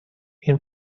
این